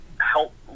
help